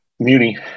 Muni